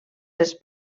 les